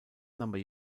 number